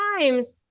times